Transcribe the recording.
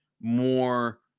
more –